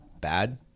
bad